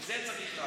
את זה צריך להגיד.